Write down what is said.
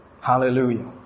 Hallelujah